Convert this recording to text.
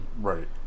Right